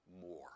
more